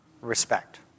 respect